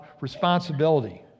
responsibility